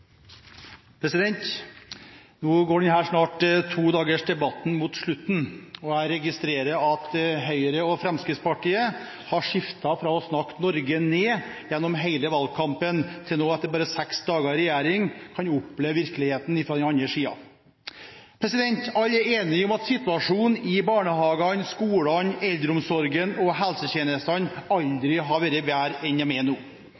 Nå går denne todagersdebatten snart mot slutten. Jeg registrerer at Høyre og Fremskrittspartiet har skiftet fra å snakke Norge ned gjennom hele valgkampen til at de nå etter bare seks dager i regjering kan oppleve virkeligheten fra den andre siden. Alle er enige om at situasjonen i barnehagene, skolene, eldreomsorgen og helsetjenestene aldri har vært bedre enn den er nå.